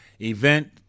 event